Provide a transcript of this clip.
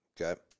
Okay